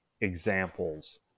examples